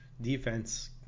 defense